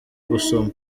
gusoma